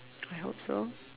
I hope so